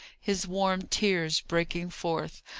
his warm tears breaking forth.